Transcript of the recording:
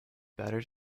better